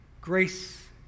grace